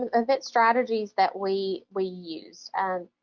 um event strategies that we we use. and